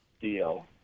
deal